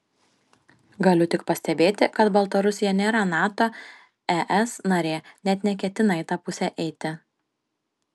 galiu tik pastebėti kad baltarusija nėra nato es narė net neketina į tą pusę eiti